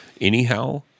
Anyhow